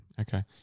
Okay